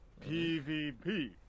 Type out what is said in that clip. PVP